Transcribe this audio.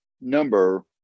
number